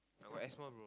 I got asthma bro